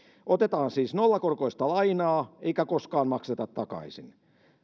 otetaan siis nollakorkoista lainaa eikä koskaan makseta takaisin